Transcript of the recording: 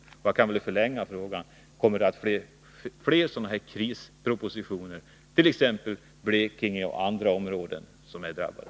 Jag kan väl ytterligare förlänga frågan: Kommer det att bli fler sådana här krispropositioner, t.ex. om Blekinge och andra områden som är drabbade?